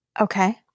Okay